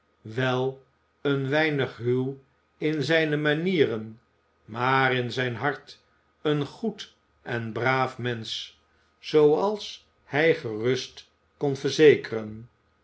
wel een weinig ruw in zijne manieren maar in zijn hart een goed en braaf mensch zooals hij gerust kon verzekeren